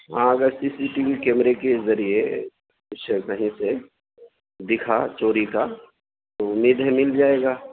ہاں اگر C C T V کیمرے کے ذریعہ کچھ کہیں سے دکھا چوری کا تو امید ہے مل جائے گا